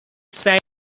saved